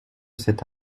cet